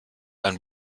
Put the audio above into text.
ein